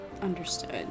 Understood